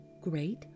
great